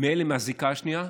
מאלה מהזיקה השנייה?